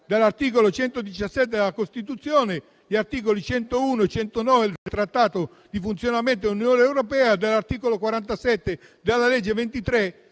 dall'articolo 117 della Costituzione, degli articoli 101 e 109 del Trattato di funzionamento dell'Unione europea e dell'articolo 47 della legge 23